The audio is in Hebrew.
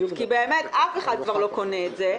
כי באמת אף אחד כבר לא קונה את זה.